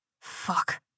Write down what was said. Fuck